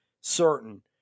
certain